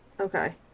okay